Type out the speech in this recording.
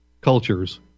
cultures